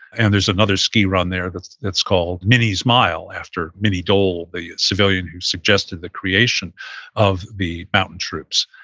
and there's another ski run there that's that's called minnie's mile, after minnie dole, the civilian who suggested the creation of the mountain troops.